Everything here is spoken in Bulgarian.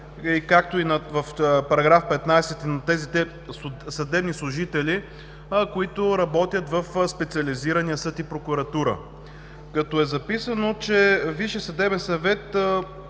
на тези магистрати, на тези съдебни служители, които работят в Специализирания съд и прокуратура, като е записано, че Висшият съдебен съвет,